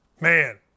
Man